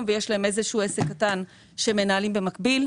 ויש להם עסק קטן שהם מנהלים במקביל.